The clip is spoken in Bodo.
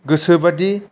गोसो बादि